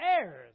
heirs